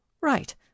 right